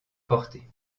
portée